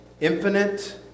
Infinite